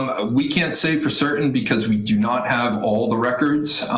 um we can't say for certain because we do not have all the records.